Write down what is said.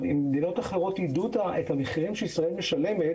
אם מדינות ידעו את המחירים שישראל משלמת